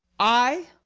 i?